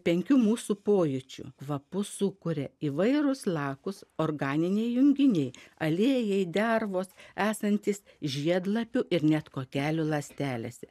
penkių mūsų pojūčių kvapus sukuria įvairūs lakūs organiniai junginiai aliejai dervos esantys žiedlapių ir net kokelių ląstelėse